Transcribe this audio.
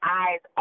eyes